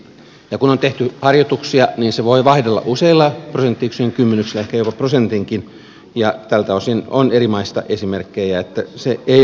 kun on tehty harjoituksia niin se voi vaihdella useilla prosenttiyksikön kymmenyksillä ehkä jopa prosentinkin ja tältä osin on eri maista esimerkkejä että se ei ole kovin helppoa